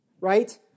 right